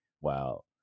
wow